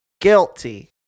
guilty